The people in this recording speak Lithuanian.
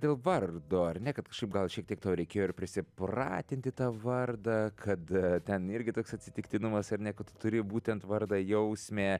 dėl vardo ar ne kad kažkaip gal šiek tiek tau reikėjo ir prisipratinti tą vardą kad ten irgi toks atsitiktinumas ar ne kad turi būtent vardą jausmė